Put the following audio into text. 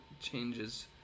changes